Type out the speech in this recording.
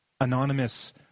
anonymous